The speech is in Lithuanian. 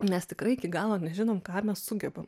mes tikrai iki galo nežinom ką mes sugebam